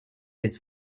his